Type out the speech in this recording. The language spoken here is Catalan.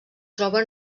troba